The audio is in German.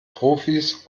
profis